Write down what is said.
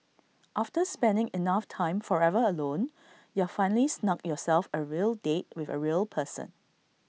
after spending enough time forever alone you've finally snugged yourself A real date with A real person